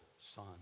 son